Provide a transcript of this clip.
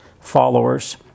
followers